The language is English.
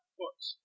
books